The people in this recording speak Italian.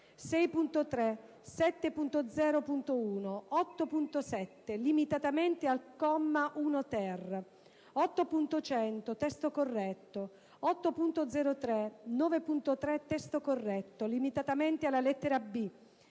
6.3, 7.0.1, 8.7 (limitatamente al comma l-*ter*), 8.100 (testo corretto), 8.0.3, 9.3 (testo corretto) (limitatamente alla lettera